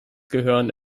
gehören